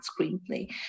Screenplay